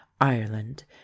ireland